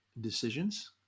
decisions